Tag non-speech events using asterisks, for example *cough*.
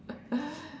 *laughs*